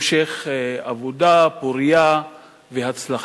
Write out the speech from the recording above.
המשך עבודה פורייה והצלחה.